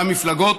והמפלגות,